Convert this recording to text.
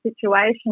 situation